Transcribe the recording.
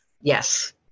Yes